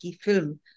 film